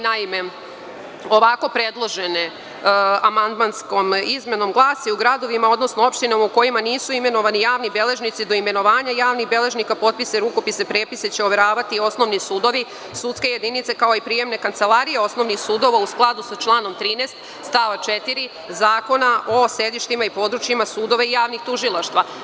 Naime, stav 3. ovako predložene amandmanske izmene glasi: „U gradovima, odnosno u opštinama u kojima nisu imenovani javni beležnici, do imenovanja javnih beležnika potpise, rukopise i prepise će overavati osnovni sudovi, sudske jedinice, kao i prijemne kancelarije osnovnih sudova, u skladu sa članom 13. stav 4. Zakona o sedištima i područjima sudova i javnih tužilaštava“